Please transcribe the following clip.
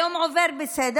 היום עובר בסדר.